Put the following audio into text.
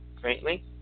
greatly